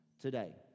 today